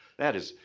that is,